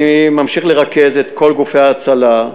אני ממשיך לרכז את כל גופי ההצלה,